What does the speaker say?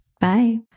Bye